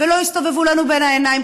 ולא יסתובבו לנו בין העיניים.